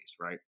right